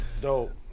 Dope